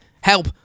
help